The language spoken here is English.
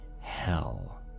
hell